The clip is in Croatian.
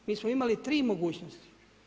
Mi smo imali tri mogućnosti.